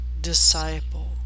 disciple